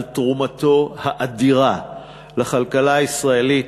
על תרומתו האדירה לכלכלה הישראלית,